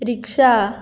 rickshaw